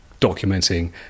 documenting